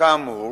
"כאמור,